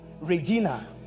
Regina